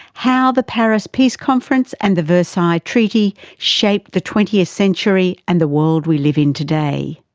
how the paris peace conference and the versailles treaty shaped the twentieth century and the world we live in today.